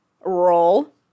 roll